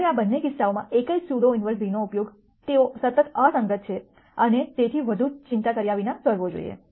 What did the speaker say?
મારે આ બંને કિસ્સાઓમાં એક જ સ્યુડો ઇન્વર્સ બીનો ઉપયોગ તેઓ સતત અસંગત છે અને તેથી વધુ ચિંતા કર્યા વિના કરવો જોઈએ